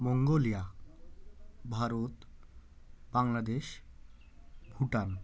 Mongolia Bharat Bangladesh Bhutan